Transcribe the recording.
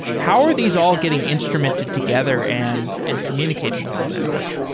how are these all getting instrumented together and and communicating with one another?